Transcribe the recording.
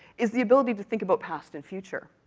is the ability to think about past and future.